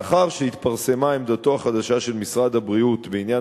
לאחר שהתפרסמה עמדתו החדשה של משרד הבריאות בעניין